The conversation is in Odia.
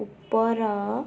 ଉପର